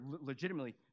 legitimately